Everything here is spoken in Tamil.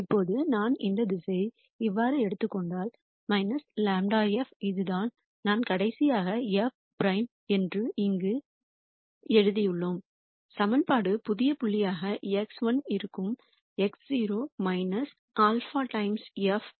இப்போது நான் இந்த திசையை இவ்வாறு எடுத்துக் கொண்டால் ∇f இதுதான் நான் கடைசியாக f பிரைம் என்று இங்கு எழுதியுள்ளோம் சமன்பாடு புதிய புள்ளியாக x1 இருக்கும் x0 α times f